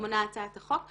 שמונה הצעת החוק.